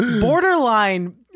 borderline